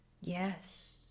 Yes